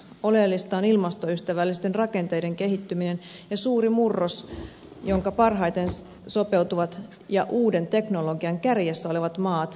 oleellista on ilmastoystävällisten rakenteiden kehittyminen ja suuri murros jonka tulevat kääntämään voitokseen parhaiten sopeutuvat ja uuden teknologian kärjessä olevat maat